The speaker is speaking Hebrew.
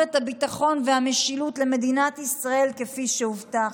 את הביטחון והמשילות למדינת ישראל כפי שהובטח.